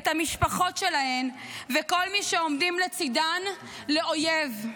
את המשפחות שלהם וכל מי שעומדים לצידם לאויב.